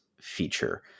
feature